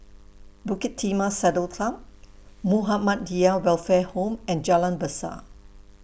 Bukit Timah Saddle Club Muhammadiyah Welfare Home and Jalan Besar